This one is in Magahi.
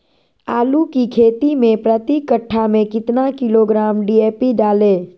आलू की खेती मे प्रति कट्ठा में कितना किलोग्राम डी.ए.पी डाले?